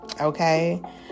Okay